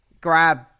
Grab